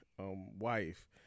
wife